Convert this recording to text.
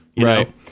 right